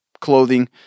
Clothing